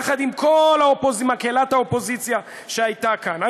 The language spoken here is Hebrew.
יחד עם כל מקהלת האופוזיציה שהייתה כאן,